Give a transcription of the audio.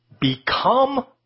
become